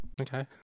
Okay